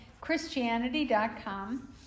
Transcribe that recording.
Christianity.com